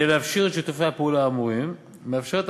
קטן כדי לקבל ל-ALS ב"הדסה" אני אספר לך.